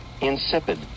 insipid